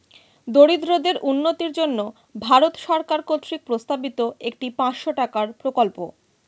দরিদ্রদের উন্নতির জন্য ভারত সরকার কর্তৃক প্রস্তাবিত একটি পাঁচশো টাকার প্রকল্প